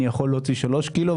אני יכול להוציא שלושה קילו,